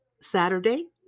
Saturday